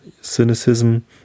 cynicism